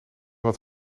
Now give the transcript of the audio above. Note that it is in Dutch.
wat